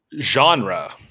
Genre